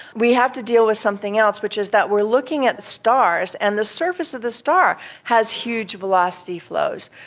we have to deal with something else which is that we are looking at the stars and the surface of the star has huge velocity flows.